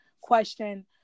question